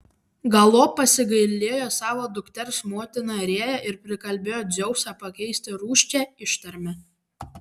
galop pasigailėjo savo dukters motina rėja ir prikalbėjo dzeusą pakeisti rūsčią ištarmę